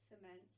cement